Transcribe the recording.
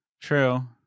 True